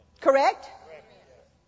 Correct